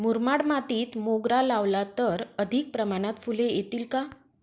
मुरमाड मातीत मोगरा लावला तर अधिक प्रमाणात फूले येतील का?